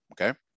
okay